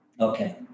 okay